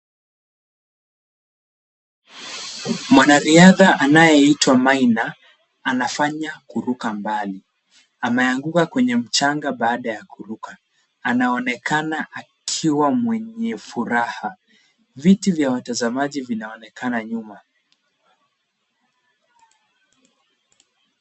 Mwanariadha anayeitwa Maina anafanya kuruka mbali. Ameanguka kwenye mchanga baada ya kuruka. Anaonekana akiwa mwenye furaha. Viti vya watazamaji vinaonekana nyuma.